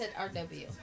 RW